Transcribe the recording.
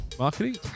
Marketing